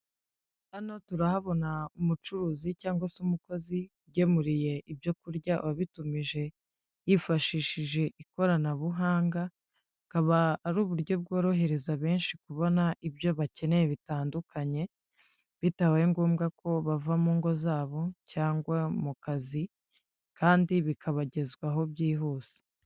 Hano turahabona umucuruzi cyangwa se umukozi ugemuriye ibyo kurya uwabitumije yifashishije ikoranabuhanga, akaba ari uburyo bworohereza benshi kubona ibyo bakeneye bitandukanye bitabaye ngombwa ko bava mu ngo zabo cyangwa mu kazi kandi bikabagezwaho byihuse.